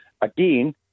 again